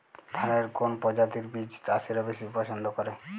ধানের কোন প্রজাতির বীজ চাষীরা বেশি পচ্ছন্দ করে?